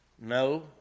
No